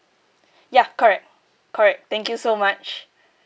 ya correct correct thank you so much